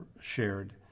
shared